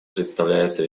представляется